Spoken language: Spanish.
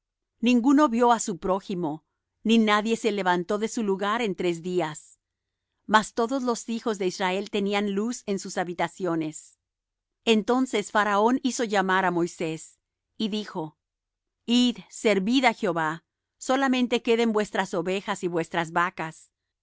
ninguno vió á su prójimo ni nadie se levantó de su lugar en tres días mas todos los hijos de israel tenían luz en sus habitaciones entonces faraón hizo llamar á moisés y dijo id servid á jehová solamente queden vuestras ovejas y vuestras vacas